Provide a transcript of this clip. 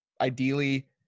ideally